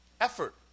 Effort